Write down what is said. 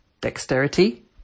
Dexterity